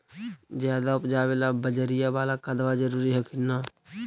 ज्यादा उपजाबे ला बजरिया बाला खदबा जरूरी हखिन न?